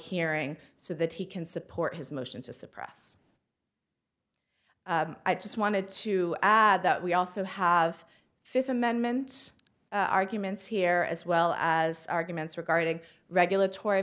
hearing so that he can support his motion to suppress i just wanted to add that we also have a fifth amendment arguments here as well as arguments regarding regulatory